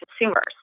consumers